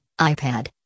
iPad